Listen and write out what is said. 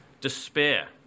despair